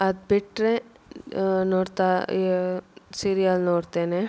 ಅದು ಬಿಟ್ರೆ ನೋಡ್ತಾ ಸೀರಿಯಲ್ ನೋಡ್ತೇನೆ